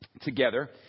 together